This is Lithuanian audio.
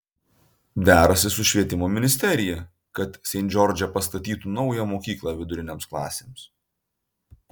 derasi su švietimo ministerija kad sent džordže pastatytų naują mokyklą vidurinėms klasėms